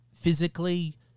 physically